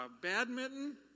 badminton